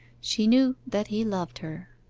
she knew that he loved her.